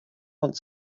want